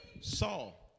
Saul